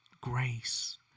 Grace